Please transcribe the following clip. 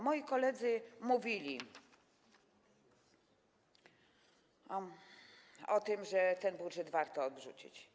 Moi koledzy mówili o tym, że ten budżet warto odrzucić.